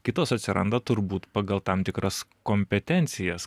kitos atsiranda turbūt pagal tam tikras kompetencijas